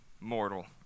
mortal